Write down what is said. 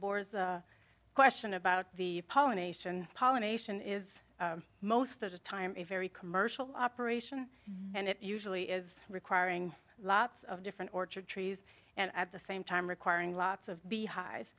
boars question about the pollination pollination is most of the time a very commercial operation and it usually is requiring lots of different orchard trees and at the same time requiring lots of beehive